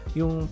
yung